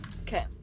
Okay